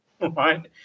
right